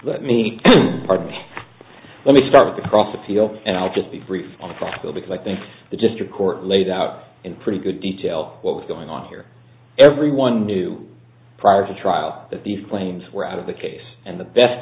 let me pardon me let me start the cross appeal and i'll just be brief on the show because i think the district court laid out in pretty good detail what was going on here everyone knew prior to trial that these claims were out of the case and the best